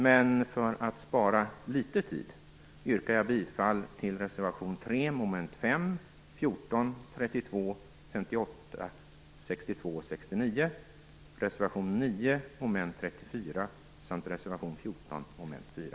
Men för att spara litet tid yrkar jag bifall till reservation 3, mom. 5, 14, 32, 58, 62 och 69, till reservation 9, mom. 34, och till reservation 14, mom. 4.